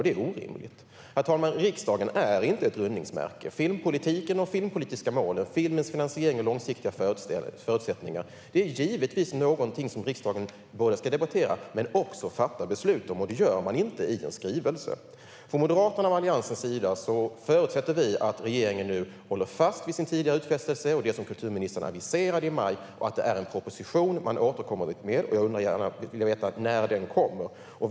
Det är orimligt. Herr talman! Riksdagen är inte ett rundningsmärke. Filmpolitiken och de filmpolitiska målen samt filmens finansiering och långsiktiga förutsättningar är givetvis något som riksdagen både ska debattera och fatta beslut om. Det gör man inte med en skrivelse. Moderaterna och Alliansen förutsätter att regeringen håller fast vid sin tidigare utfästelse och det som kulturministern aviserade i maj och återkommer med en proposition, och jag vill gärna veta när den kommer.